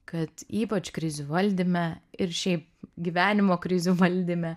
kad ypač krizių valdyme ir šiaip gyvenimo krizių valdyme